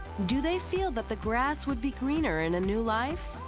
do they feel that the grass would be greener in a new life,